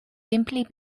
simply